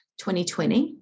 2020